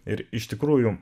ir iš tikrųjų